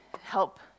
help